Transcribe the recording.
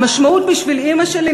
המשמעות בשביל אימא שלי,